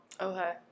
Okay